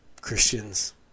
Christians